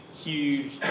huge